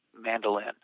mandolin